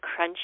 crunchy